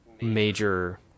major